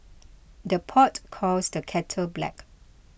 the pot calls the kettle black